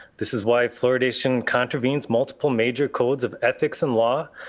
this is why fluoridation contravenes multiple major codes of ethics and law.